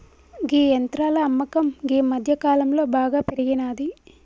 గీ యంత్రాల అమ్మకం గీ మధ్యకాలంలో బాగా పెరిగినాది